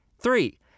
Three